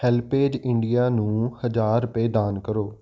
HelpAge India ਨੂੰ ਹਜ਼ਾਰ ਰੁਪਏ ਦਾਨ ਕਰੋ